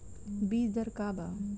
बीज दर का वा?